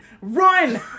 run